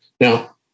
Now